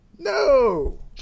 No